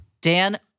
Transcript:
Dan